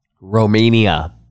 Romania